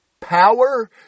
power